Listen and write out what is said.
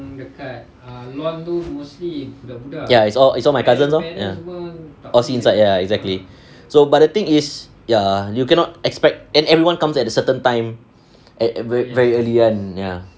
ya it's all it's all my cousins lor all sit inside ya exactly so but the thing is ya you cannot expect and everyone comes at a certain time at very early kan ya